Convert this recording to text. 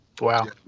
Wow